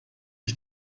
ich